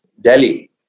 Delhi